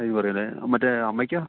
വിലയൊന്നും കുറയില്ല മറ്റേ അമ്മയ്ക്കോ